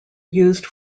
used